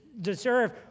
deserve